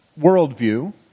worldview